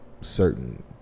certain